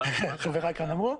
שחבריי כאן אמרו.